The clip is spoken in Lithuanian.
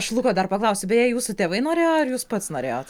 aš luko dar paklausiu beje jūsų tėvai norėjo ar jūs pats norėjot